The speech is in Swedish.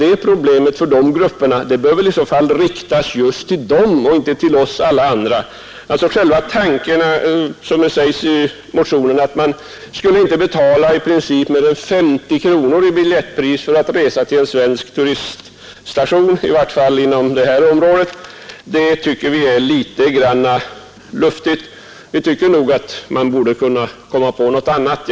Ett sådant stöd bör i så fall riktas just till dem som behöver det och inte till alla oss andra. Själva tanken, som den uttrycks i motionen, att man i princip inte skulle betala mer än 50 kronor för att resa till en svensk turiststation — i vart fall inom det här området — tycker vi är litet luftigt. Vi anser att man borde kunna komma på någon annan lösning.